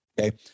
Okay